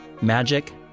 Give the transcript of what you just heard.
magic